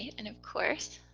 and of course